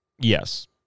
Yes